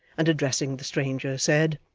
and addressing the stranger, said